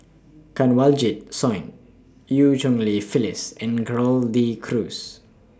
Kanwaljit Soin EU Cheng Li Phyllis and Gerald De Cruz